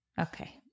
Okay